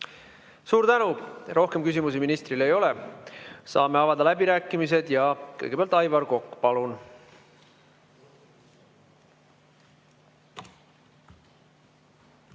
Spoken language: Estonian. Suur tänu! Rohkem küsimusi ministrile ei ole. Saame avada läbirääkimised. Kõigepealt Aivar Kokk, palun!